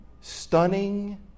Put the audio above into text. stunning